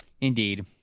Indeed